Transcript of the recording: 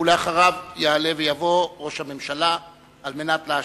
ואחריו יעלה ויבוא ראש הממשלה להשיב